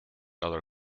other